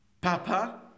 Papa